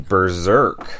Berserk